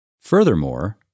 Furthermore